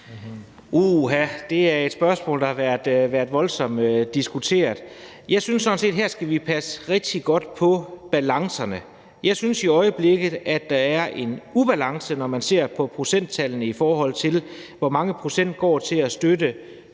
det er et spørgsmål, der har været voldsomt diskuteret. Jeg synes sådan set, at vi skal passe rigtig godt på balancen her. Jeg synes, at der i øjeblikket er en ubalance, når man ser på procenttallene, i forhold hvor mange procent der går til at støtte